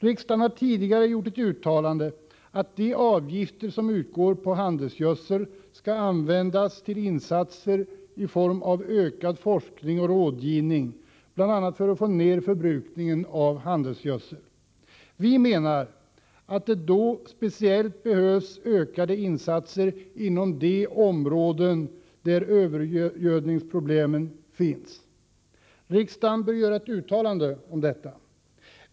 Riksdagen har tidigare gjort ett uttalande om att de avgifter som utgår på handelsgödsel skall användas till insatser i form av ökad forskning och rådgivning för att bl.a. få ned förbrukningen av handelsgödsel. Vi menar att det då speciellt behövs ökade insatser inom de områden där övergödningsproblemen finns. Riksdagen bör göra ett uttalande om detta.